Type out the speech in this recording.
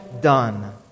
done